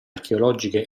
archeologiche